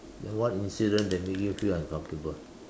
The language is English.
then what incident that make you feel uncomfortable